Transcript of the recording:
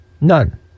None